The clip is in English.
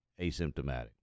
asymptomatic